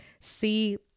see